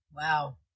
Wow